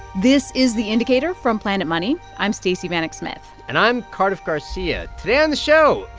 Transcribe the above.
this is the indicator from planet money. i'm stacey vanek smith and i'm cardiff garcia. today on the show,